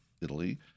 Italy